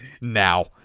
now